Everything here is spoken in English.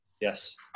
Yes